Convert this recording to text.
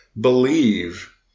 believe